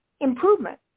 improvement